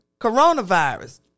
coronavirus